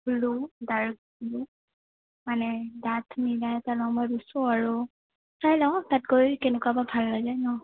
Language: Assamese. ব্লু ডাৰ্ক ব্লু মানে ডাঠ নীলা এটা ল'ম ভাবিছোঁ আৰু চাই লওঁ তাত গৈ কেনেকুৱা বা ভাল লাগে ন